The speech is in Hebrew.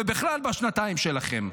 ובכלל בשנתיים שלכם.